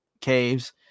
caves